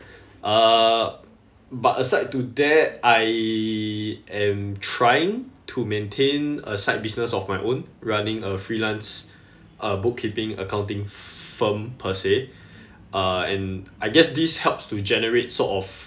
uh but aside to that I am trying to maintain a side business of my own running a freelance uh bookkeeping accounting firm per se uh and I guess this helps to generate sort of